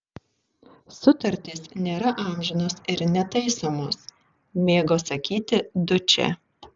sutartys nėra amžinos ir netaisomos mėgo sakyti dučė